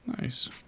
nice